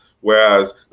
whereas